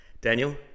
Daniel